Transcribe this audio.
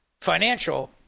Financial